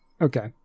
okay